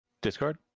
Discard